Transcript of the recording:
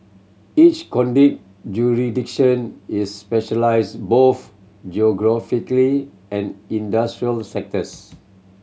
each conduit jurisdiction is specialised both geographically and industrial sectors